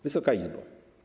Wysoka Izbo!